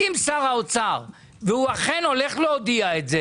אם שר האוצר אכן הולך להודיע את זה